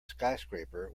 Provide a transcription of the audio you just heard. skyscraper